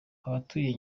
abatuye